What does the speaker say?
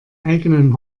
eigenen